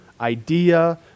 idea